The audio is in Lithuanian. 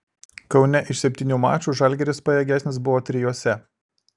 kaune iš septynių mačų žalgiris pajėgesnis buvo trijuose